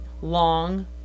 long